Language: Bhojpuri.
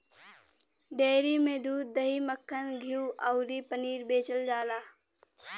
डेयरी में दूध, दही, मक्खन, घीव अउरी पनीर बेचल जाला